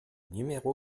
numéro